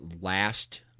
last